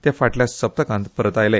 ते फाटल्या सप्तकांत परत आयले